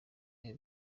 yabo